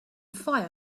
fire